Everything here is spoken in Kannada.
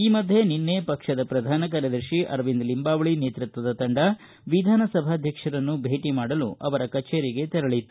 ಈ ಮಧ್ಯೆ ನಿನ್ನೆ ಪಕ್ಷದ ಪ್ರಧಾನ ಕಾರ್ಯದರ್ಶಿ ಅರವಿಂದ ಲಿಂಬಾವಳಿ ನೇತೃತ್ವದ ತಂಡ ವಿಧಾನಸಭಾಧ್ಯಕ್ಷರನ್ನು ಭೇಟ ಮಾಡಲು ಅವರ ಕಚೇರಿಗೆ ತೆರಳಿತ್ತು